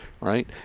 Right